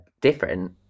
different